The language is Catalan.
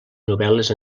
novel·les